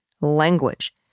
language